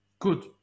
Good